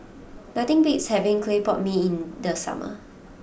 nothing beats having Clay Pot Mee in the summer